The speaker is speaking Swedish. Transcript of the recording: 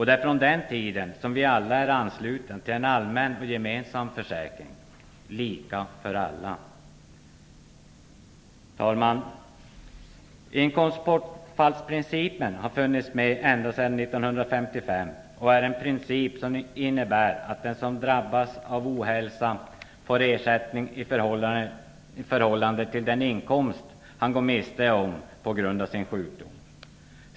Det är från den tiden som vi alla är anslutna till en allmän och gemensam försäkring, lika för alla. Herr talman! Inkomstbortfallsprincipen har funnits sedan 1955 och är en princip som innebär att den som drabbas av ohälsa får ersättning i förhållande till den inkomst han går miste om på grund av sin sjukdom.